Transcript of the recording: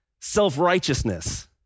self-righteousness